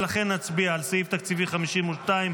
ולכן נצביע על סעיף תקציבי 52,